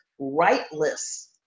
rightless